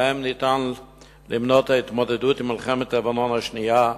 ובהן ניתן למנות את ההתמודדות עם מלחמת לבנון השנייה,